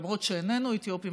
למרות שאיננו אתיופים,